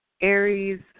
Aries